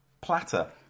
Platter